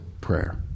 prayer